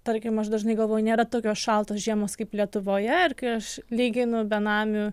tarkim aš dažnai galvoju nėra tokios šaltos žiemos kaip lietuvoje ir kai aš lyginu benamių